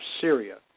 Syria